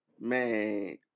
Man